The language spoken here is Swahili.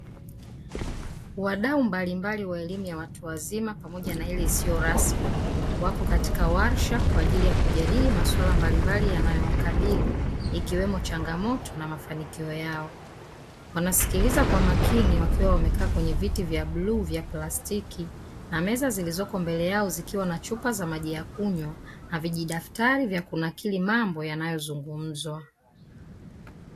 Wadau mbalimbali wa elimu ya watu wazima pamoja na ile isiyo rasmi, wako katika warsha kwa ajili ya kujadili masuala mbalimbali yanayowakabili ikiwemo changamoto na mafanikio yao. Wanasikiliza kwa makini wakiwa wamekaa kwenye viti vya bluu vya plastiki na meza zilizoko mbele yao zikiwa na chupa za maji ya kunywa na vijidaftari vya kunakili mambo yanayozungumzwa.